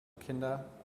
kinder